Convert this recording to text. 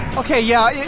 okay, yeah yeah,